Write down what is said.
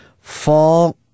fall